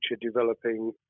developing